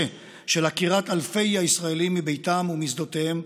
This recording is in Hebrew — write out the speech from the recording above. של עקירת אלפי הישראלים מביתם ומשדותיהם,